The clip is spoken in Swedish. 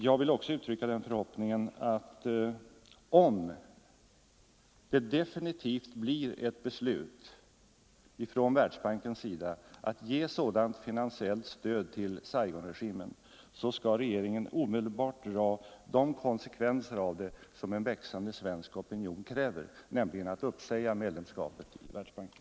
Jag vill också uttrycka den förhoppningen — om det blir ett definitivt beslut i Världsbanken att ge finansiellt stöd till Saigonregimen — att regeringen omedelbart skall dra de konsekvenser av detta som en växande svensk opinion kräver, nämligen att uppsäga medlemskapet i Världsbanken.